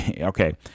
Okay